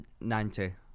Ninety